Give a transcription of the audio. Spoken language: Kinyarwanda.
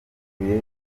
rulindo